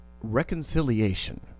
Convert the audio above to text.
reconciliation